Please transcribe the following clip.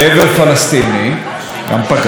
אבל הדבר היותר-מעניין,